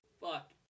Fuck